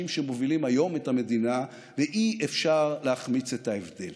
שמובילים היום את המדינה ואי-אפשר להחמיץ את ההבדל.